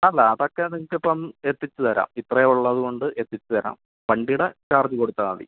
അല്ല അതൊക്കെ നിങ്ങൾക്ക് ഇപ്പം എത്തിച്ചു തരാം ഇത്രയും ഉള്ളതുകൊണ്ട് എത്തിച്ച് തരാം വണ്ടിയുടെ ചാർജ് കൊടുത്താൽ മതി